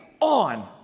on